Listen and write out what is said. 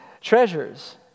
treasures